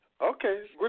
Okay